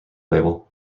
label